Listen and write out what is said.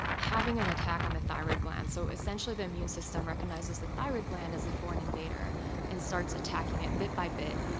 having an attack on the thyroid gland. so essentially, the immune system recognizes the thyroid gland as a foreign invader and starts attacking it bit by bit.